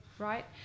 right